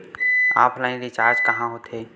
Offline recharge कहां होथे?